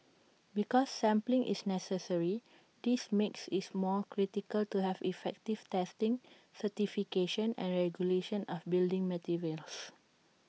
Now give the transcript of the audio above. because sampling is necessary this makes IT more critical to have effective testing certification and regulation of building materials